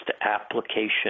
application